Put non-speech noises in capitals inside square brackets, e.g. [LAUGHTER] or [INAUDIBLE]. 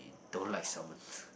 don't like salmon [NOISE]